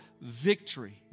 victory